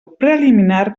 preliminar